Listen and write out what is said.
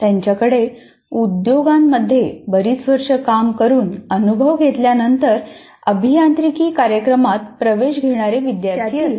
त्यांच्याकडे उद्योगांमध्ये बरीच वर्ष काम करून अनुभव घेतल्यानंतर अभियांत्रिकी कार्यक्रमात प्रवेश घेणारे विद्यार्थी असतात